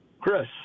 Chris